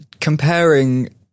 comparing